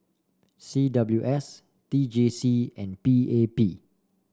C W S T J C and P A P